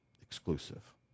exclusive